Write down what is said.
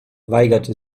weigerte